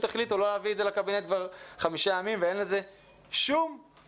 החליטו לא להביא את זה לקבינט כבר חמישה ימים ואין לזה כל הסבר.